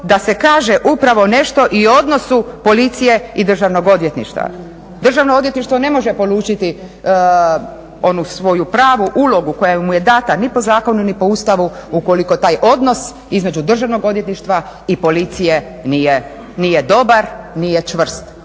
da se kaže upravo nešto i o odnosu Policije i Državnog odvjetništva. Državno odvjetništvo ne može polučiti onu svoju pravu ulogu koja mu je dana ni po zakonu ni po Ustavu ukoliko taj odnos između Državnog odvjetništva i Policije nije dobar, nije čvrst.